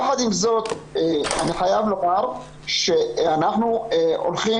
יחד עם זאת אני חייב לומר שאנחנו הולכים